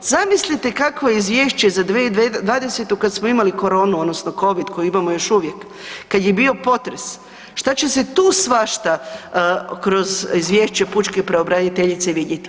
Zamislite kakvo je izvješće za 2020. kad smo imali koronu odnosno covid koji imamo još uvijek, kad je bio potres, šta će se tu svašta kroz izvješće pučke pravobraniteljice vidjeti.